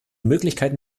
möglichkeiten